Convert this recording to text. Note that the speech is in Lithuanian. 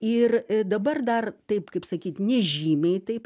ir dabar dar taip kaip sakyt nežymiai taip